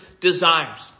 desires